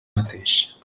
mateix